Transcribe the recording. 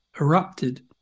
erupted